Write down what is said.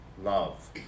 love